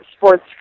Sports